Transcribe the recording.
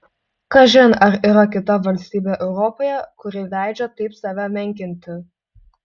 kažin ar yra kita valstybė europoje kuri leidžia taip save menkinti